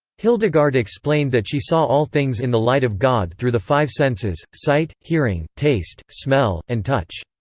hildegard explained that she saw all things in the light of god through the five senses sight, hearing, taste, smell, and touch.